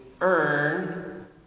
earn